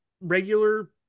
regular